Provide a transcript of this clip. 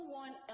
one